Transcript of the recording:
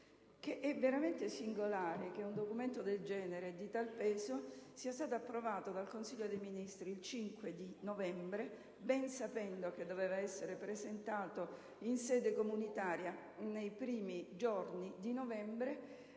È veramente singolare che un documento di tal genere e di tal peso sia stato approvato dal Consiglio dei ministri il 5 novembre scorso, ben sapendo che esso doveva essere presentato in sede comunitaria nei primi giorni di novembre,